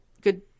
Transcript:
good